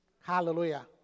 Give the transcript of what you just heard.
Hallelujah